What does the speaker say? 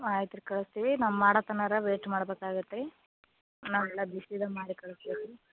ಆಯ್ತು ರೀ ಕಳ್ಸ್ತೀವಿ ನಾವು ಮಾಡುತನಾರೂ ವೆಯ್ಟ್ ಮಾಡ್ಬೇಕಾಗತ್ತೆ ರೀ ನಾವೆಲ್ಲ ಬಿಸಿದೆ ಮಾಡಿ ಕಳ್ಸ್ತೇವೆ ರೀ